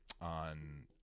on